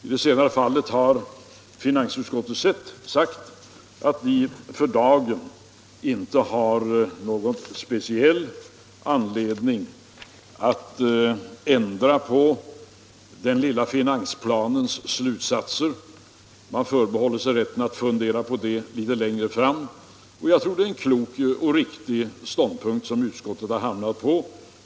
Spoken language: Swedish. I det senare fallet har finansutskottet sagt att man för dagen inte har någon anledning att ändra på den ”lilla finansplanens” slutsatser. Man förbehåller sig rätten att fundera på det litet längre fram. Jag tror att utskottet har intagit en klok och riktig ståndpunkt.